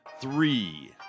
three